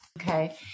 Okay